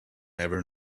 never